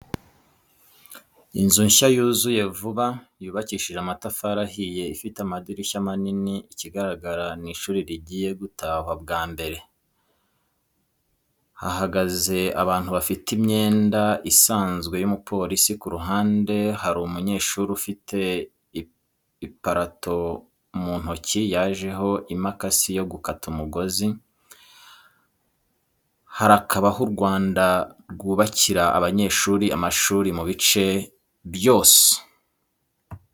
Inzu nshya yuzuye vuba yubakishije amatafari ahiye ifite amadirishya manini ikigaragara n'ishuri rigiye gutahwa bwambere hahagaze abantu bafite imyenda isanzw n'umuporisi kuruhande harumunyeshuri ufite iparato muntoki yajeho imakasi yo gukata umugozi. Harakabaho u Rwanda rwubakira abanyeshuri amashuri mubice byose.